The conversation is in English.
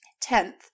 Tenth